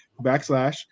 backslash